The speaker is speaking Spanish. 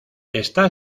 está